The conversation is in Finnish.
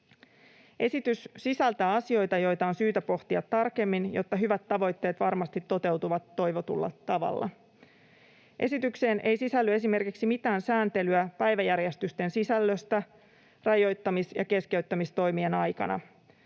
Esitys sisältää asioita, joita on syytä pohtia tarkemmin, jotta hyvät tavoitteet varmasti toteutuvat toivotulla tavalla. Esitykseen ei sisälly esimerkiksi mitään sääntelyä päiväjärjestysten sisällöstä rajoittamis- ja keskeyttämistoimien aikana,